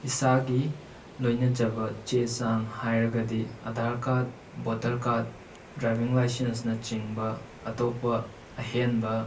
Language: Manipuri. ꯏꯁꯥꯒꯤ ꯂꯣꯏꯅꯖꯕ ꯆꯦ ꯆꯥꯡ ꯍꯥꯏꯔꯒꯗꯤ Aadhaar card voter card driving ꯂꯥꯏꯁꯦꯟꯁꯅ ꯆꯤꯡꯕ ꯑꯇꯣꯞꯄ ꯑꯍꯦꯟꯕ